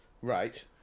right